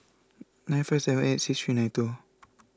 nine five seven eight six three nine two